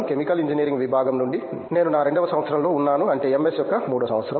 chemical engineering విభాగం నుండి నేను నా రెండవ సంవత్సరంలో ఉన్నాను అంటే MS యొక్క మూడవ సంవత్సరం